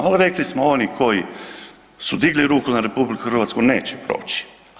Al rekli smo oni koji su digli ruku na RH neće proći.